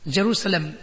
Jerusalem